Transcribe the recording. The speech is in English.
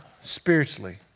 spiritually